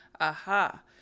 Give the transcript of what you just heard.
aha